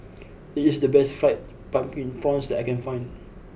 this is the best Fried Pumpkin Prawns that I can find